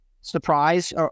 surprise